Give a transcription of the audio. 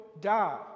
die